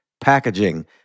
packaging